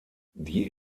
die